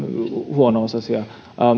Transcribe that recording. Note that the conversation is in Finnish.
huono osaisia